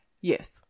Yes